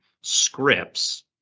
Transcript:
scripts